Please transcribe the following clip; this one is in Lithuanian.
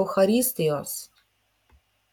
eucharistijos